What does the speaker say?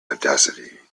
audacity